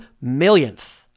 millionth